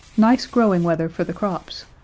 nice growing weather for the crops,